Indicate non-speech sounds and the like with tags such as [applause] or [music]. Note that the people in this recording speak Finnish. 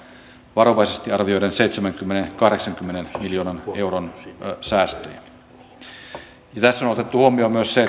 varovaisesti arvioiden seitsemänkymmenen viiva kahdeksankymmenen miljoonan euron säästöjä tässä laskennassa on otettu huomioon myös se [unintelligible]